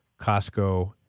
Costco